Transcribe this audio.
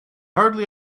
hardly